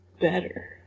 better